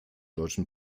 deutschen